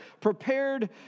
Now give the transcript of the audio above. prepared